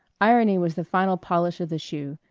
irony was the final polish of the shoe,